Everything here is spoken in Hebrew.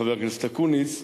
חבר הכנסת אקוניס,